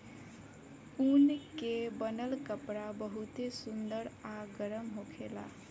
ऊन के बनल कपड़ा बहुते सुंदर आ गरम होखेला